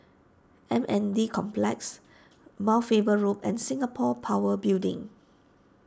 M N D Complex Mount Faber Loop and Singapore Power Building